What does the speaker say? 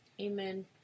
Amen